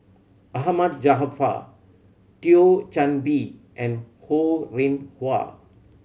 Ahmad Jaafar Thio Chan Bee and Ho Rih Hwa